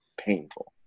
painful